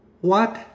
What